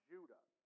Judah